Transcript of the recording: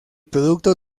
producto